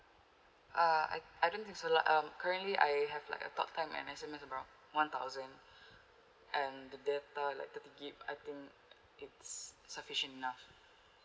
uh I I don't think so lah um currently I have like a talk time and S_M_S around one thousand and the data like thirty gigabyte I think is sufficient enough